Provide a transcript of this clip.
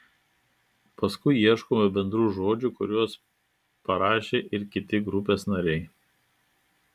paskui ieškome bendrų žodžių kuriuos parašė ir kiti grupės nariai